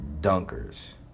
dunkers